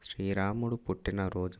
శ్రీరాముడు పుట్టినరోజు